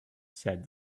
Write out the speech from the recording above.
said